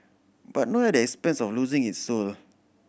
but not at the expense of losing its soul